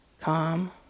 calm